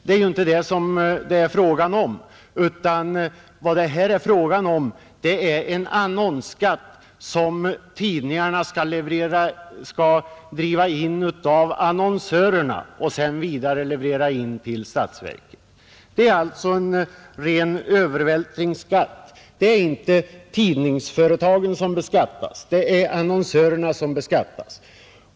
Det är ju inte det som det är fråga om, utan vad det här är fråga om är en annonsskatt som tidningarna skall driva in av annonsörerna och sedan leverera vidare till statsverket. Det är alltså en ren övervältringsskatt. Det är inte tidningsföretagen som beskattas — det är annonsörerna som beskattas.